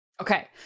Okay